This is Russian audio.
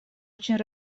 очень